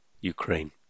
Ukraine